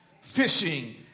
Fishing